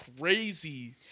crazy